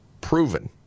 proven